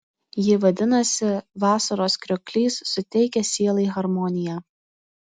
ji vadinasi vasaros krioklys suteikia sielai harmoniją